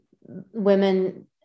women